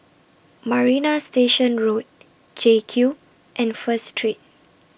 Marina Station Road JCube and First Street